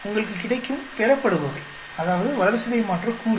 உங்களுக்கு கிடைக்கும் பெறப்படுபவை அதாவது வளர்சிதைமாற்றக்கூறு